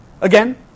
Again